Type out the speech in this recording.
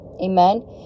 amen